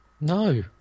No